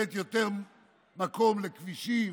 לתת יותר מקום לכבישים,